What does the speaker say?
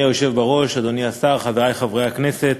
אדוני היושב בראש, אדוני השר, חברי חברי הכנסת,